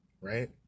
Right